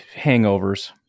hangovers